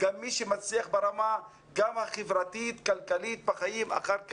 גם מבחינת מי שמצליח ברמה החברתית והכלכלית בחיים אחר כך,